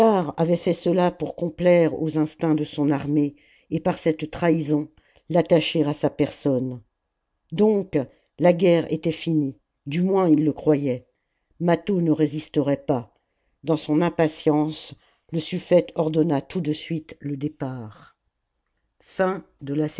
avait fait cela pour complaire aux instincts de son armée et par cette trahison l'attacher à sa personne donc la guerre était finie du moins il le croyait mâtho ne résisterait pas dans son impatience le sufïete ordonna tout de suite le départ